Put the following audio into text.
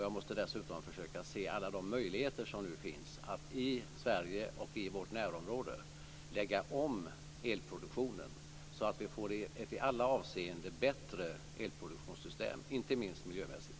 Jag måste dessutom försöka se på alla de möjligheter som nu finns att i Sverige och i vårt närområde lägga om elproduktionen så att vi får ett i alla avseenden bättre elproduktionssystem, inte minst miljömässigt.